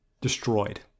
destroyed